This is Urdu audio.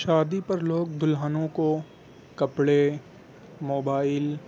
شادی پر لوگ دلہنوں کو کپڑے موبائل